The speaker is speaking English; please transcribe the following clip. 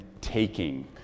taking